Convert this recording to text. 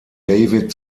david